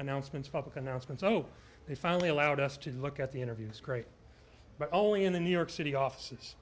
announcements public announcements so they finally allowed us to look at the interview it's great but only in the new york city offices